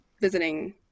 visiting